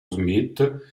smith